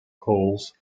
calls